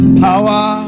power